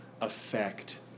affect